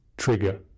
trigger